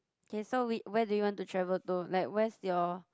okay so we where do you want to travel to like where's your